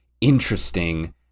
interesting